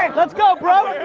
um let's go bro.